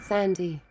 Sandy